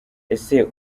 ese